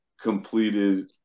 completed